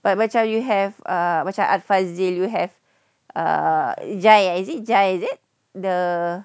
but macam you have err macam art fazil you have err jai eh is it jai is it the